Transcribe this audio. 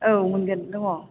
औ मोनगोन दङ